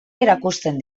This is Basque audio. erakusten